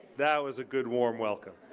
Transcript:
that was a good warm welcome.